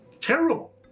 terrible